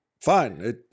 fine